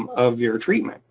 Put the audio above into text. of your treatment.